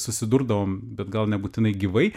susidurdavom bet gal nebūtinai gyvai